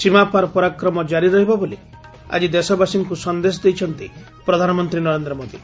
ସୀମାପାର ପରାକ୍ରମ ଜାରି ରହିବ ବୋଲି ଆଜି ଦେଶବାସୀଙ୍କୁ ସନ୍ଦେଶ ଦେଇଛନ୍ତି ପ୍ରଧାନମନ୍ତୀ ନରେନ୍ଦ୍ର ମୋଦି